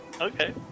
Okay